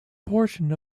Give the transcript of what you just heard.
portion